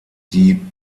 die